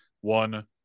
one